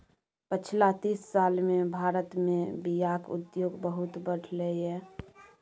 पछिला तीस साल मे भारत मे बीयाक उद्योग बहुत बढ़लै यै